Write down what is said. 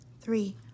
three